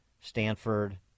Stanford